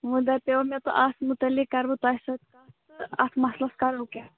وِۅنۍ دَپیٛاو مےٚ اَتھ مُتعلق کَرٕ بہٕ تۅہہِ سۭتۍ کَتھ تہٕ اَتھ مسلس کَرو کیٛاہ